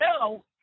no